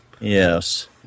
Yes